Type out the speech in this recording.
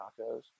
tacos